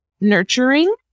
nurturing